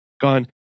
gone